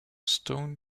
stone